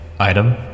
Item